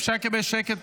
אפשר לקבל שקט?